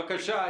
בבקשה.